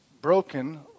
broken